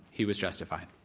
he was justified.